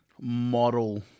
model